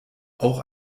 auch